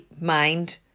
mind